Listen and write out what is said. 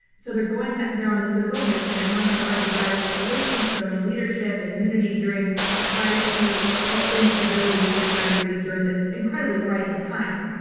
so, they're going there on this goodwill mission. and one could argue that as pelosi showing leadership and unity to try to help bring stability to the country during this incredibly frightening time.